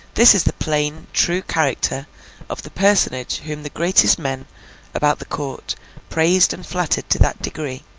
this is the plain, true character of the personage whom the greatest men about the court praised and flattered to that degree,